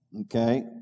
Okay